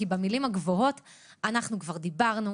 כי את המילים הגבוהות כבר דיברנו,